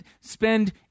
spend